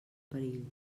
perill